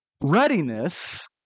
readiness